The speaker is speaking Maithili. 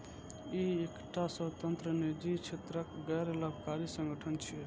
ई एकटा स्वतंत्र, निजी क्षेत्रक गैर लाभकारी संगठन छियै